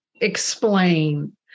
explain